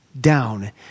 down